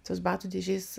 tos batų dėžės